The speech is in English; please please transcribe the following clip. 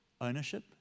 Ownership